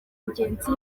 ingenzi